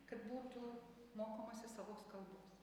kad būtų mokomasi savos kalbos